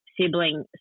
sibling